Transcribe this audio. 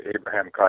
Abraham